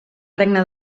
regne